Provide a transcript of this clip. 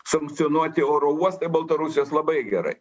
sankcionuoti oro uostai baltarusijos labai gerai